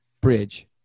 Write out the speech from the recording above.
bridge